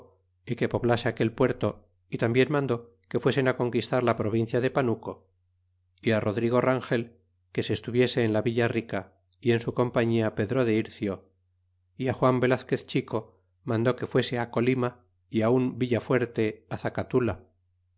é que poblase aquel puerto y tambien mandó que fuesen á conquistar la provincia de panuco y rodrigo rangel que se estuviese en la villa rica y en su compañía pedro de ircio y á juan velazquez chico mandó que fuese colima y un villafuerte